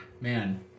Man